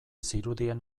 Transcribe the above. zirudien